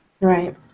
Right